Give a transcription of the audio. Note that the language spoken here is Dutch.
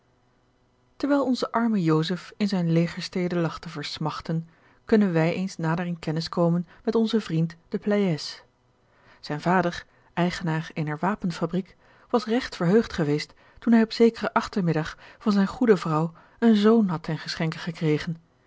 terwijl onze arme joseph in zijne legerstede lag te versmachten kunnen wij eens nader in kennis komen met onzen vriend de pleyes george een ongeluksvogel zijn vader eigenaar eener wapenfabriek was regt verheugd geweest toen hij op zekeren achtermiddag van zijne goede vrouw een zoon had ten geschenke gekregen